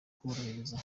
kuborohereza